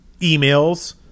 emails